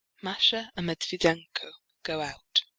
masha and medviedenko go out.